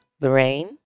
Lorraine